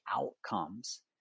outcomes